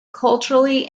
culturally